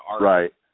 Right